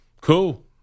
Cool